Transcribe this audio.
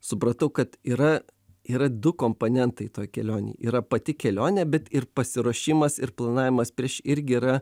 supratau kad yra yra du komponentai toj kelionė yra pati kelionė bet ir pasiruošimas ir planavimas prieš irgi yra